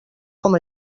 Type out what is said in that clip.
com